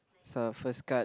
so our first card